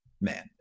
Man